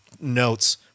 notes